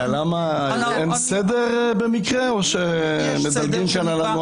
הייתי כאן קודם.